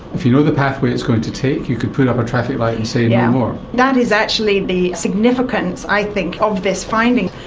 if you know the pathway it's going to take, you could put up a traffic light and say no more. yes, that is actually the significance i think of this finding.